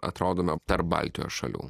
atrodome tarp baltijos šalių